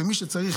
מי שצריך,